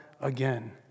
again